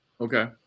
Okay